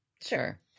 sure